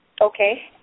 Okay